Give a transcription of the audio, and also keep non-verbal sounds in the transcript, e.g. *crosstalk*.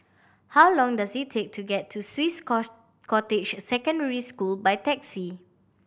how long does it take to get to Swiss *unintelligible* Cottage Secondary School by taxi